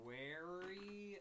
wary